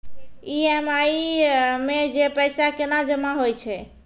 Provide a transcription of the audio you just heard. EMI मे जे पैसा केना जमा होय छै?